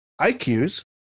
IQs